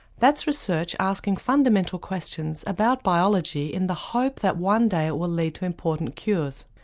that's research asking fundamental questions about biology in the hope that one day it will lead to important cures.